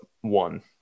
one